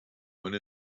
went